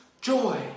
joy